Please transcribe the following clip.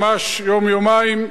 ממש יום-יומיים,